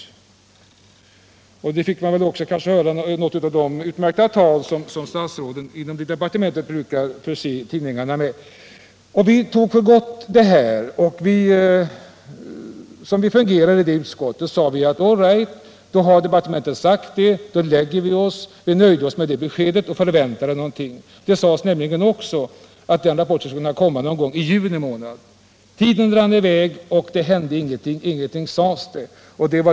Det beskedet fick vi också i ett av de utmärkta tal som statsrådet brukar förse tidningarna med. Vi lät oss nöja med detta uttalande från departementet. Det sades också att denna rapport skulle kunna läggas fram i juni månad. Men tiden rann i väg och ingenting hände.